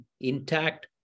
intact